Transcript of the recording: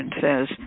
says